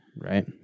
right